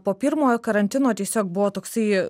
po pirmojo karantino tiesiog buvo toksai